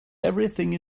everything